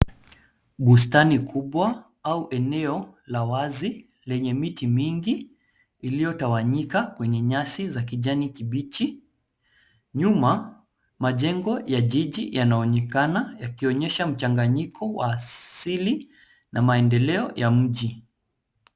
Bustani kubwa au eneo la wazi lenye mikti mingi iliyotawanyikwa kwenye nyasi za kijani kibichi. Nyuma, majengo ya jiji yanaonekana, yakionyesha mchanganyiko wa asili na maendeleo ya mji.